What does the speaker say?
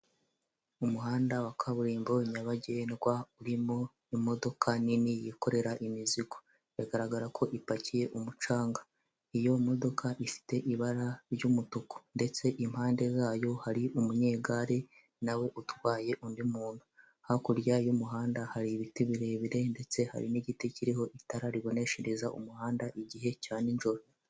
Umuhanda wa kaburimbo nyabagendwa, urimo imodoka nini yikorera imizigo biragaragara ko ipakiye umucanga, iyo modoka ifite ibara ry'umutuku ndetse impande zayo hari umunyegare nawe utwaye undi muntu, hakurya y'umuhanda hari ibiti birebire ndetse hari n'igiti kiriho itara riboneshereza umuhanda igihe cya nijoro.